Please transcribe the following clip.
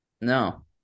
No